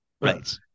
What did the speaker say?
right